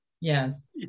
Yes